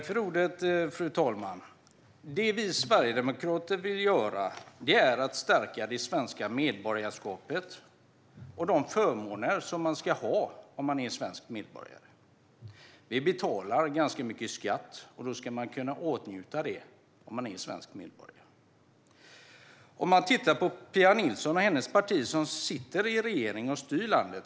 Fru talman! Det som vi sverigedemokrater vill göra är att stärka det svenska medborgarskapet och de förmåner som man ska ha om man är svensk medborgare. Vi betalar ganska mycket skatt, och då ska vi kunna komma i åtnjutande av dessa förmåner. Pia Nilssons parti sitter i regeringsställning och styr landet.